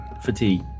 fatigue